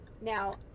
Now